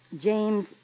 James